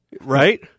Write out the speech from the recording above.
Right